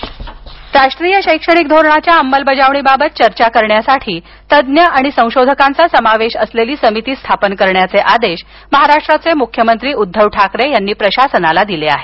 ठाकरे शैक्षणिक धोरण राष्ट्रीय शैक्षणिक धोरणाच्या अंमलबजावणीबाबत चर्चा करण्यासाठी तज्ज्ञ आणि संशोधकाचा समावेश असलेली समिती स्थापन करण्याचे आदेश मुख्यमंत्री उद्धव ठाकरे यांनी प्रशासनाला दिले आहेत